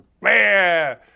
Man